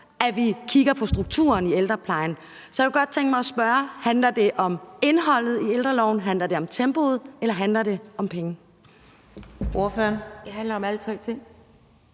at vi kigger på strukturen i ældreplejen. Så jeg kunne godt tænke mig at spørge, om det handler om indholdet i ældreloven, om det handler om tempoet, eller om det handler om pengene.